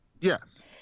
yes